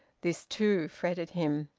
this, too, fretted him.